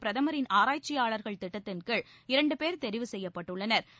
பிரதமின் ஆராய்ச்சியாளர்கள் திட்டத்தின் கீழ் இரண்டு பேர் தெரிவு செய்யப்பட்டுள்ளனா்